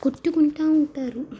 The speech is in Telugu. కొట్టుకుంటా ఉంటారు